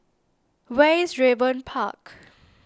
where is Raeburn Park